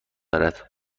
دارد